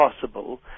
possible